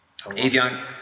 Avion